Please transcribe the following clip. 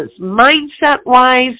mindset-wise